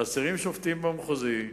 חסרים שופטים במחוזי,